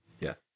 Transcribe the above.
Yes